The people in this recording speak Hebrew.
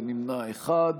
ונמנע אחד.